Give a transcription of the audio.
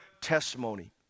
testimony